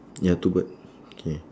ya two bird K